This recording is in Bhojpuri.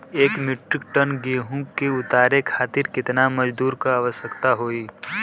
एक मिट्रीक टन गेहूँ के उतारे खातीर कितना मजदूर क आवश्यकता होई?